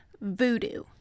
voodoo